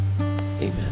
amen